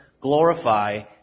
glorify